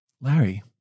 Larry